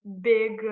big